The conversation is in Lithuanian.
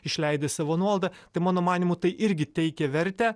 išleidi savo nuolaidą tai mano manymu tai irgi teikia vertę